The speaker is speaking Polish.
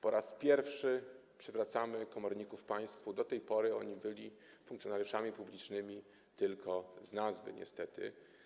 Po raz pierwszy przywracamy komorników państwu: do tej pory byli oni funkcjonariuszami publicznymi tylko z nazwy, niestety.